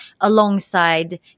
alongside